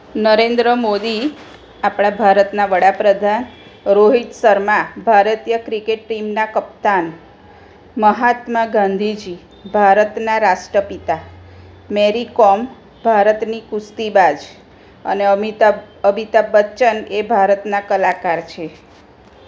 નરેન્દ્ર મોદી આપણા ભારતના વડાપ્રધાન રોહિત શર્મા ભારતીય ક્રિકેટ ટીમના કપ્તાન મહાત્મા ગાંધીજી ભારતના રાષ્ટ્રપિતા મેરી કોમ ભારતની કુસ્તીબાજ અને અમિતાભ અભિતાભ બચ્ચન એ ભારતના કલાકાર છે